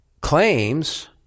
claims